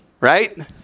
right